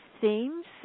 themes